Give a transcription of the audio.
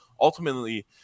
ultimately